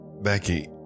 Becky